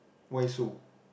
why so